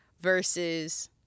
versus